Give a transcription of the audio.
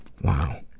Wow